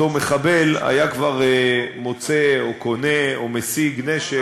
אותו מחבל היה כבר מוצא או קונה או משיג נשק,